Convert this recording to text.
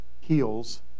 heals